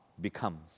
becomes